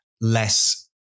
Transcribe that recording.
less